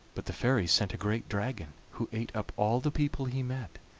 but the fairies sent a great dragon who ate up all the people he met,